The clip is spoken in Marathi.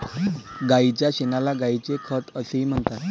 गायीच्या शेणाला गायीचे खत असेही म्हणतात